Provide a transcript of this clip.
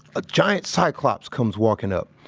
a giant cyclops comes walking up.